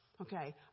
Okay